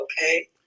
okay